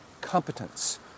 competence